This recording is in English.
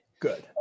Good